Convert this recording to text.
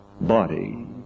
body